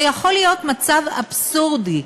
ויכול להיות מצב אבסורדי,